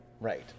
Right